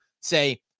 say